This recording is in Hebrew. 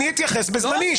אני אתייחס בזמני.